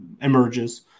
emerges